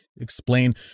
explain